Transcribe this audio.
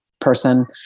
person